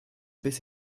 bis